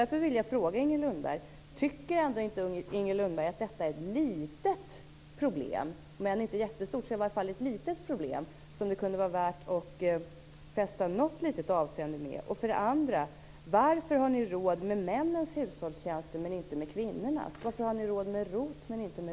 Därför vill jag fråga Inger Lundberg: Tycker ändå inte Inger Lundberg att detta är, om inte ett jättestort problem så i alla fall ett litet problem som det kunde vara värt att fästa något litet avseende vid? För det andra: Varför har ni råd med männens hushållstjänster men inte med kvinnornas? Varför har ni råd med